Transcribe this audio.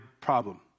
problem